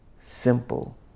simple